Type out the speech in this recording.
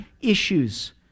issues